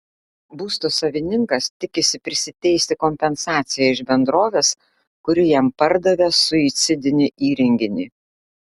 būsto savininkas tikisi prisiteisti kompensaciją iš bendrovės kuri jam pardavė suicidinį įrenginį